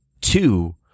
Two